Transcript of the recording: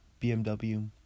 BMW